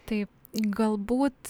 taip galbūt